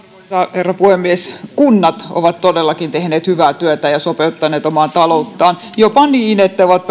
herra puhemies kunnat ovat todellakin tehneet hyvää työtä ja sopeuttaneet omaa talouttaan jopa niin että ovat